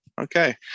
Okay